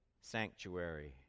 sanctuary